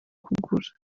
kugura